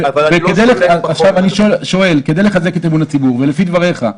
כדי לחזק את אמון הציבור ולפי דבריך,